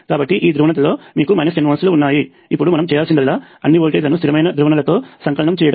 కాబట్టి ఈ ధ్రువణతలో మీకు 10 వోల్ట్లు ఉన్నాయి ఇప్పుడు మనం చేయాల్సిందల్లా అన్ని వోల్టేజ్లను స్థిరమైన ధ్రువణతలో సంకలనం చేయడం